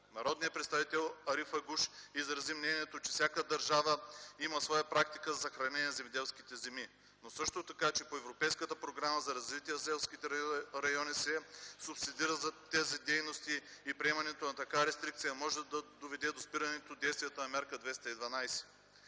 Народният представител Ариф Агуш изрази мнението, че всяка държава има своя практика за съхранение на земеделските земи, а също така, че по Европейската програма за развитие на селските райони тези дейности се субсидират и приемането на такава рестрикция може да доведе до спиране на действието на Мярка 212.